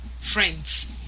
Friends